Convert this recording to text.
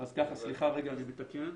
סליחה רגע, אני מתקן.